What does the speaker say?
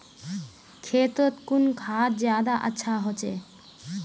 खेतोत कुन खाद ज्यादा अच्छा होचे?